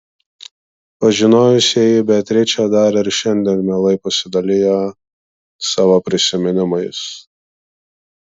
pažinojusieji beatričę dar ir šiandien mielai pasidalija savo prisiminimais